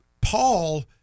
Paul